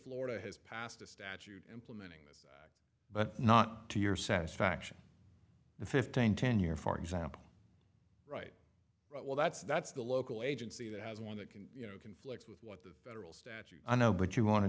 florida has passed a statute implementing this but not to your satisfaction the fifteen ten year for example right well that's that's the local agency that has one that can you know conflicts with what the federal statute i know but you want